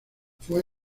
fue